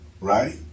right